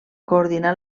coordinar